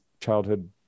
childhood